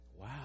Wow